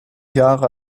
jahre